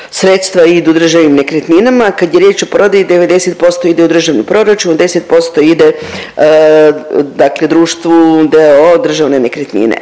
sredstva idu Državnim nekretninama, a kad je riječ o prodaji 90% ide u državni proračun, a 10% ide dakle društvu d.o.o. Državne nekretnine.